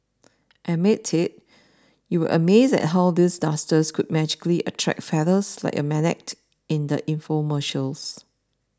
admit it you were amazed at how these dusters could magically attract feathers like a magnet in the infomercials